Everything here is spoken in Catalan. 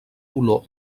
olor